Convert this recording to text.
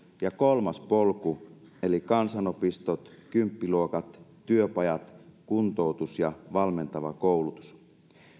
ja kolmas polku eli kansanopistot kymppiluokat työpajat kuntoutus ja valmentava koulutus